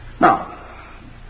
Now